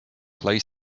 play